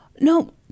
No